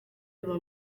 biva